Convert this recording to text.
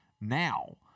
now